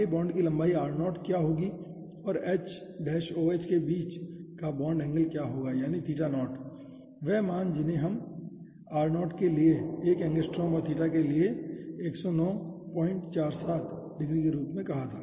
आगे बॉन्ड की लंबाई r0 क्या होगी और H OH के बीच का बॉन्ड एंगल क्या होगा यानी थीटा 0 वे मान जिन्हें हमनेr0 के लिए 1 एंगस्ट्रॉम और थीटा 0 के लिए 10947 डिग्री के रूप में कहा था